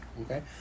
okay